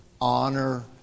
honor